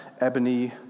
Ebony